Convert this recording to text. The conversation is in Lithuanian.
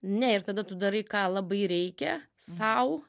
ne ir tada tu darai ką labai reikia sau